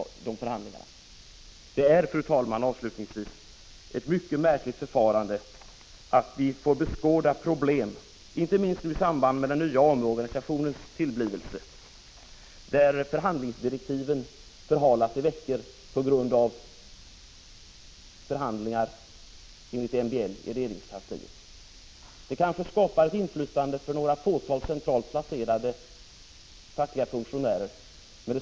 Fru talman! Till sist vill jag säga att det är fråga om ett mycket märkligt förfarande. Vi får nämligen beskåda problem, inte minst i samband med den nya omorganisationens tillblivelse, som belyser hur förhandlingsdirektiven förhalas vecka efter vecka på grund av MBL-förhandlingar i regeringskansliet. Ett sådant förfarande ger kanske ett fåtal centralt placerade fackliga funktionärer inflytande.